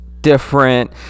different